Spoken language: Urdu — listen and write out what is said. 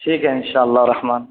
ٹھیک ہے انشاء اللہ رحمن